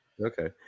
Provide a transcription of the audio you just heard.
Okay